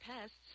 pests